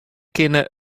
kinne